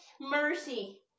mercy